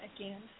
Again